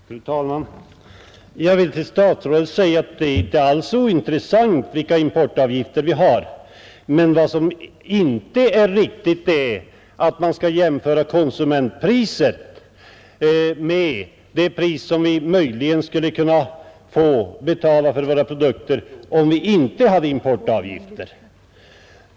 Fru talman! Det är, herr statsrådet Bengtsson, inte alls ointressant vilka importavgifter vi har. Men vad som inte är riktigt är att jämföra konsumentpriset med det pris som vi möjligen skulle kunna få betala för våra produkter om vi inte hade importavgifter.